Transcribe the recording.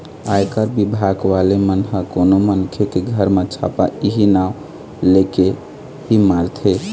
आयकर बिभाग वाले मन ह कोनो मनखे के घर म छापा इहीं नांव लेके ही मारथे